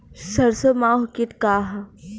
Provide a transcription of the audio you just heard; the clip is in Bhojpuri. सरसो माहु किट का ह?